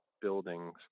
buildings